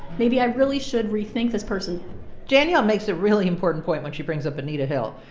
maybe i really should rethink this person danielle makes a really important point when she brings up anita hill.